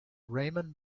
raymond